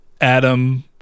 Adam